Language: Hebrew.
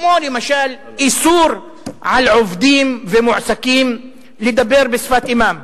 למשל איסור על עובדים ומועסקים לדבר בשפת אמם,